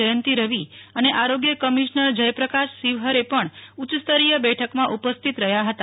જયંતી રવિ અને આરોગ્ય કમિશ્નર જયપ્રકાશ શિવહરે પણ ઉચ્યસ્તરીય બેઠકમાં ઉપસ્થિત રહ્યા હતા